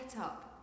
up